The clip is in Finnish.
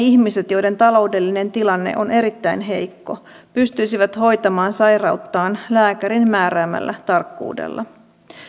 ihmiset joiden taloudellinen tilanne on erittäin heikko pystyisivät hoitamaan sairauttaan lääkärin määräämällä tarkkuudella